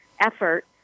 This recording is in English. effort